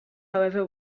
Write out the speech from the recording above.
however